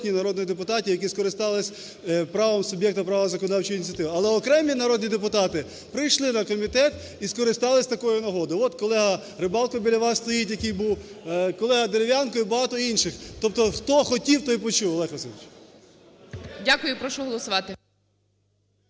Дякую. Прошу голосувати.